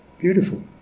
beautiful